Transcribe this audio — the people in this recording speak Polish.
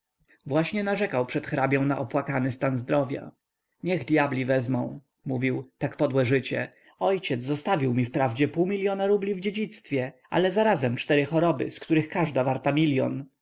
właśnie narzekał przed hrabią na opłakany stan zdrowia niech dyabli wezmą mówił tak podłe życie ojciec zostawił mi wprawdzie pół miliona rubli w dziedzictwie ale zarazem cztery choroby z których każda warta milion